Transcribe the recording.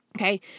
Okay